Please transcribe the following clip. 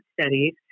studies